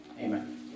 Amen